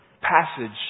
passage